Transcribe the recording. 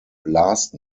last